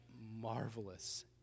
marvelous